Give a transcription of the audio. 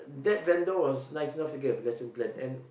that vendor was nice enough to get a lesson plan and